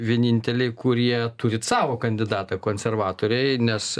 vieninteliai kurie turit savo kandidatą konservatoriai nes